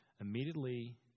immediately